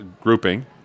grouping